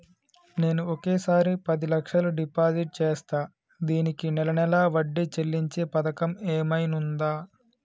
నేను ఒకేసారి పది లక్షలు డిపాజిట్ చేస్తా దీనికి నెల నెల వడ్డీ చెల్లించే పథకం ఏమైనుందా?